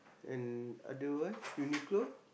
and otherwise Uniqlo